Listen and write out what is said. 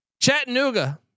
Chattanooga